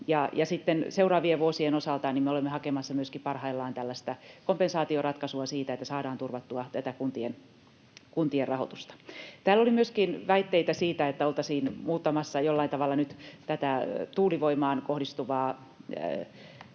seuraavien vuosien osalta me olemme hakemassa myöskin parhaillaan tällaista kompensaatioratkaisua siitä, että saadaan turvattua tätä kuntien rahoitusta. Täällä oli myöskin väitteitä siitä, että oltaisiin muuttamassa jollain tavalla nyt tätä tuulivoimaan kohdistuvaa